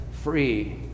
free